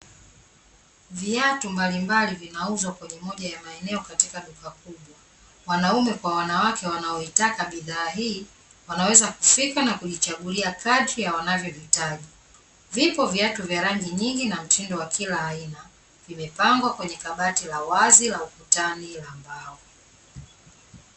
Viatu mbalimbali vinauzwa kwenye moja ya maeneo katika duka kubwa. Wanaume kwa wanawake wanaoitaka bidhaa hii wanaweza kufika na kijichagulia kadri ya wanavyohitaji. Vipo viatu vya rangi nyingi na mtindo wa kila aina vimepangwa kwenye kabati la wazi la ukutani la mbao.